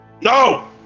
No